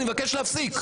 אני מבקש להפסיק.